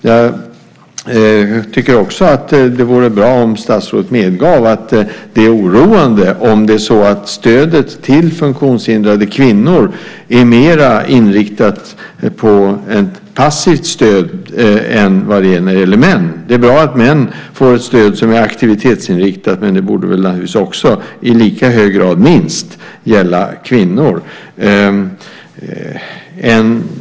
Jag tycker också att det vore bra om statsrådet medgav att det är oroande om stödet till funktionshindrade kvinnor är mera inriktat på ett passivt stöd än vad det är när det gäller män. Det är bra att män får ett stöd som är aktivitetsinriktat, men det borde naturligtvis också i lika hög grad, minst, gälla kvinnor.